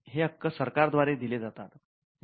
हे हक्क सरकार द्वारे दिले जातात